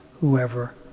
whoever